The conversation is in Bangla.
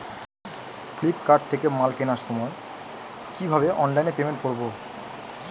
ফ্লিপকার্ট থেকে মাল কেনার সময় কিভাবে অনলাইনে পেমেন্ট করব?